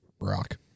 rock